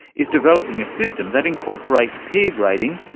is developing a system that incorporates peer-grading,